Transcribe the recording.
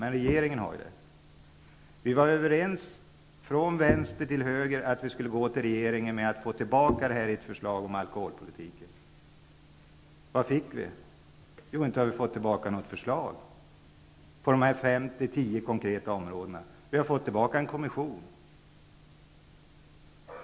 Men regeringen har det. Vi var överens från vänster till höger om att gå till regeringen för att få tillbaka ett förslag om alkoholpolitiken. Vad fick vi? Inte har vi fått något förslag på dessa fem--tio konkreta områden. Vi har fått en kommission.